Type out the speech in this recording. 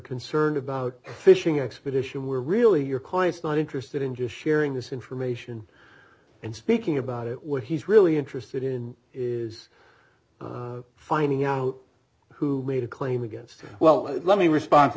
concerned about fishing expedition were really your clients not interested in just sharing this information and speaking about it what he's really interested in is finding out who made a claim against him well let me respond to